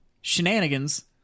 Shenanigans